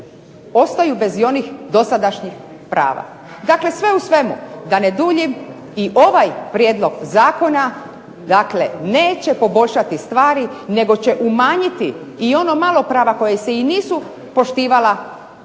ostaju bez onih dosadašnjih prava. Dakle, sve u svemu da ne duljim i ovaj prijedlog zakona neće poboljšati stvari, nego će umanjiti i ono malo prava koja se i nisu poštivala